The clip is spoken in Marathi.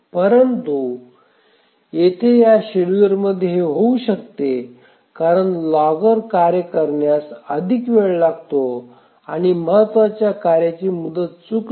परंतु येथे या शेड्यूलरमध्ये हे होऊ शकते कारण लॉगर कार्य करण्यास अधिक वेळ लागतो आणिमहत्वाच्या कार्याची मुदत चुकली